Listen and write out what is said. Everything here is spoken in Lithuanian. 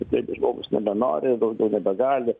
jeigu žmogus nebenori daugiau nebegali